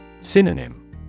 Synonym